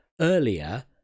earlier